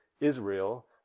Israel